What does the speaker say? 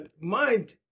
mind